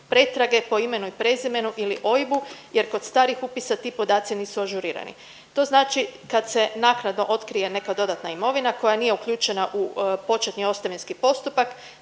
pretrage po imenu i prezimenu ili OIB-u jer kod starih upisa ti podaci nisu ažurirani. To znači kad se naknadno otkrije neka dodatna imovina koja nije uključena u početni ostavinski postupak